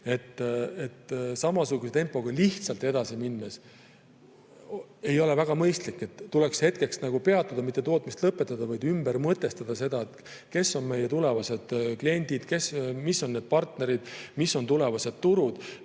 et samasuguse tempoga edasi minna ei ole väga mõistlik. Tuleks hetkeks peatuda, mitte tootmist lõpetada, vaid ümber mõtestada, kes on meie tulevased kliendid, kes on partnerid, mis on tulevased turud.